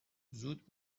زود